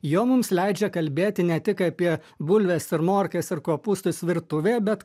jau mums leidžia kalbėti ne tik apie bulves ir morkas ir kopūstus virtuvėj bet